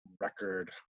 Record